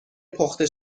پخته